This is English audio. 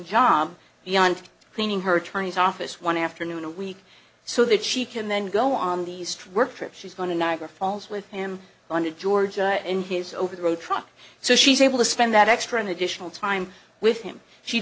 job beyond cleaning her attorney's office one afternoon a week so that she can then go on the east work trip she's going to niagara falls with him on to georgia and his over the road truck so she's able to spend that extra in additional time with him she